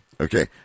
Okay